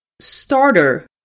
starter